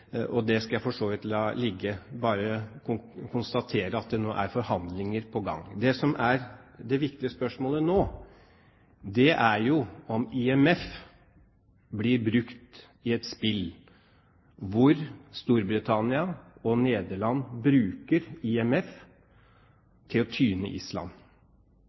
Det skal jeg for så vidt la ligge, bare konstatere at det nå er forhandlinger på gang. Det som er det viktige spørsmålet nå, er om IMF blir brukt i et spill hvor Storbritannia og Nederland bruker IMF til å tyne Island.